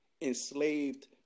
enslaved